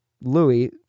Louis